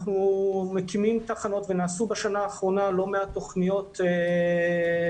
אנחנו מקימים תחנות ונעשו בשנה האחרונה לא מעט תוכניות גם